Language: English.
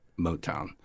motown